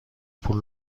پول